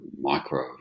micro